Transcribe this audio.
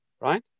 right